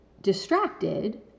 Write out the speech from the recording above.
distracted